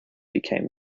became